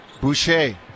Boucher